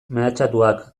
mehatxatuak